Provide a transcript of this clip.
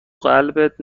قلبت